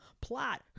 plot